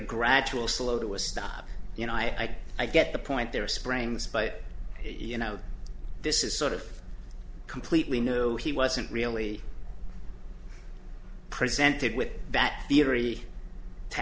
gradual slow that was stop you know i i get the point there springs but you know this is sort of completely no he wasn't really presented with that theory to